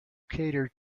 cater